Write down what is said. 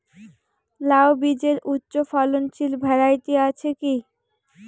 লাউ বীজের উচ্চ ফলনশীল ভ্যারাইটি আছে কী?